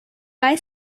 buy